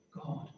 God